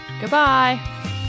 goodbye